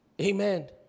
Amen